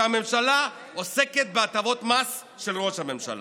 והממשלה עוסקת בהטבות מס של ראש הממשלה.